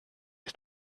ist